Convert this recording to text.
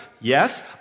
Yes